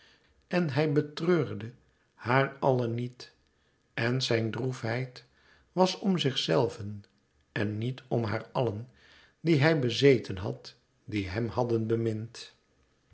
en hij betreurde haar allen niet en zijn droefheid was om zichzelven en niet om haar allen die hij bezeten had die hem hadden bemind